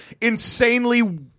insanely